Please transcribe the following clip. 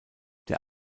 der